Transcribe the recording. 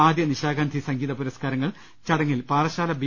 ആദ്യ നിശാഗന്ധി സംഗീതപുരസ്കാര ങ്ങൾ ചടങ്ങിൽ പാറശ്ശാല ബി